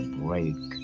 break